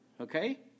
okay